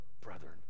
brethren